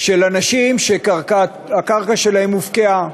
של אנשים שהקרקע שלהם הופקעה.